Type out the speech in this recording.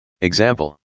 Example